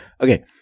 Okay